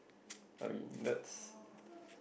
I mean that's